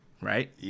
right